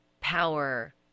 power